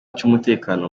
cy’umutekano